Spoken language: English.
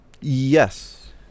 Yes